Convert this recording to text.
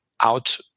out